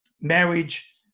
marriage